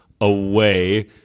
away